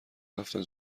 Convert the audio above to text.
رفتن